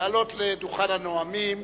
לעלות לדוכן הנואמים